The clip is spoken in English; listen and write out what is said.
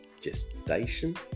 gestation